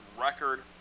record